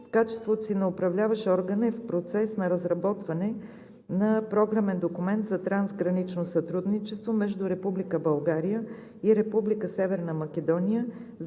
в качеството си на Управляващ орган е в процес на разработване на Програмен документ за трансгранично сътрудничество между Република България